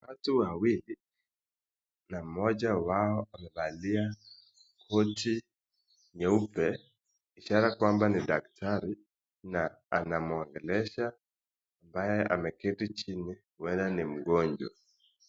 Watu wawili, na moja wao amevalia koti nyeupe, ishara kwamba ni dakitari, na anamuongelesha ambaye ameketi chini ambaye ni mgonjwa.